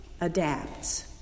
adapts